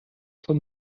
von